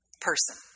person